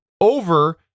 over